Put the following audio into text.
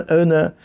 owner